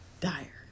dire